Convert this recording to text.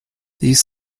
these